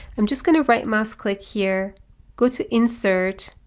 i'm just going to right mouse click here go to insert,